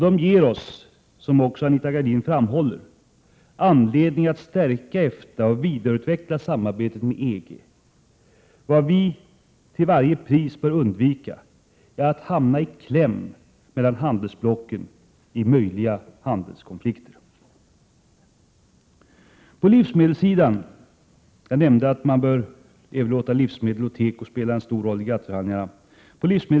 De ger oss, som också Anita Gradin framhåller, anledning att stärka EFTA och vidareutveckla samarbetet med EG. Vi bör till varje pris undvika att hamna i kläm mellan handelsblocken i möjliga handelskonflikter. Jag har redan nämnt att livsmedelsoch tekofrågor bör spela en stor roll i GATT-förhandlingarna.